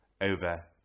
over